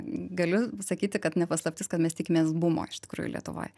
galiu sakyti kad ne paslaptis kad mes tikimės buvo iš tikrųjų lietuvoj